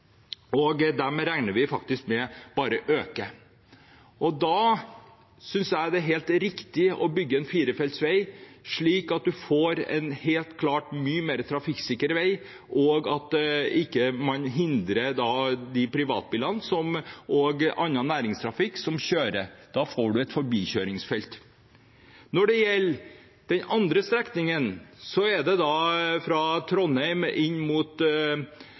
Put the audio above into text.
vi regner med at den bare øker. Da synes jeg det er helt riktig å bygge en firefeltsvei, slik at man får en helt klart mye mer trafikksikker vei. Man hindrer heller ikke privatbiler eller annen næringstrafikk, for da får man et forbikjøringsfelt. Den andre strekningen er fra Trondheim inn mot